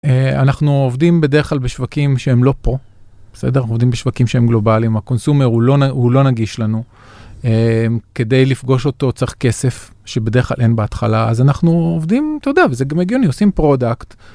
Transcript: אנחנו עובדים בדרך כלל בשווקים שהם לא פה, בסדר? עובדים בשווקים שהם גלובליים, הקונסומר הוא לא נגיש לנו. כדי לפגוש אותו צריך כסף שבדרך כלל אין בהתחלה, אז אנחנו עובדים, אתה יודע, וזה גם הגיוני, עושים פרודקט.